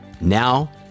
Now